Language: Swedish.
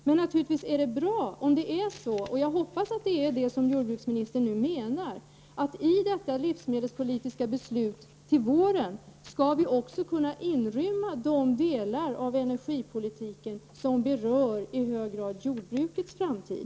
Men naturligtvis är det bra om det är så — och jag hoppas att det är det som jordbruksministern nu menar — att vi i detta livsmedelspolitiska beslut till våren också skall kunna inrymma de delar av energipolitiken som i hög grad berör jordbrukets framtid.